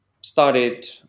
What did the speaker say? started